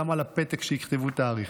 שגם על הפתק יכתבו תאריך.